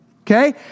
okay